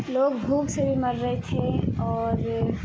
لوگ بھوک سے بھی مر رہے تھے اور